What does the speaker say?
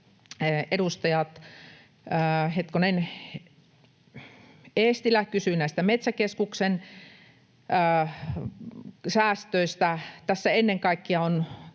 edustaja Eestilä kysyi näistä Metsäkeskuksen säästöistä. Tässä ennen kaikkea on